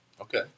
Okay